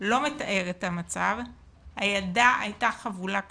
לא מתאר את המצב, הילדה הייתה חבולה קשות.